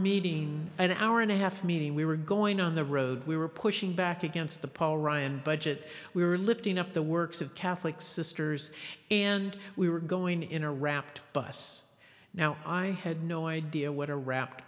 meeting an hour and a half meeting we were going on the road we were pushing back against the paul ryan budget we were lifting up the works of catholic sisters and we were going in a rapt bus now i had no idea what a rap